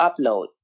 upload